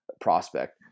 Prospect